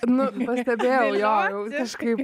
nu kodėl jo kažkaip